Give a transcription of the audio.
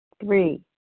Three